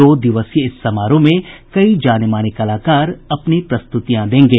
दो दिवसीय इस समारोह में कई जाने माने कलाकार अपनी प्रस्तुतियां देंगे